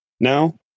now